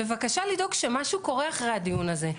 בבקשה לדאוג שמשהו קורה אחרי הדיון הזה.